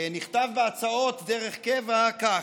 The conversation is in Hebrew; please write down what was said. נכתב בהצעות דרך קבע כך: